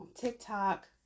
TikTok